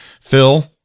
Phil